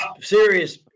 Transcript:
serious